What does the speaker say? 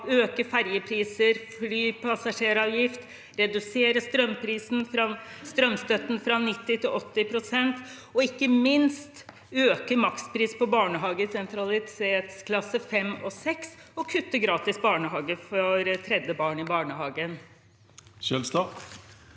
øke ferjepriser, flypassasjeravgift, redusere strømstøtten fra 90 til 80 pst. og ikke minst øke maksprisen på barnehager i sentralitetsklasse 5 og 6 og kutte gratis barnehage for det tredje barnet i barnehagen? André N.